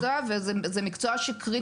כל אנשי המקצוע, וזה מקצוע קריטי.